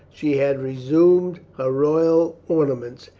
she had resumed her royal ornaments,